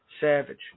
Savage